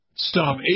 stop